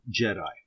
Jedi